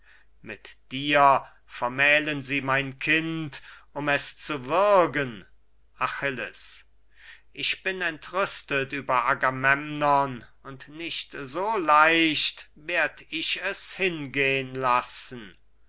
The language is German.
mit dir vermählen sie mein kind um es zu würgen achilles ich bin entrüstet über agamemnon und nicht so leicht werd ich es hingehn lassen